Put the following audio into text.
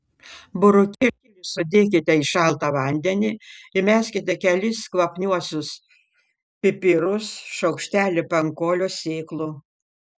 burokėlius sudėkite į šaltą vandenį įmeskite kelis kvapniuosius pipirus šaukštelį pankolio sėklų